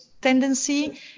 tendency